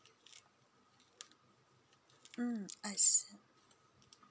mm I see